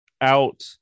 out